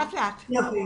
בבקשה.